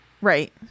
Right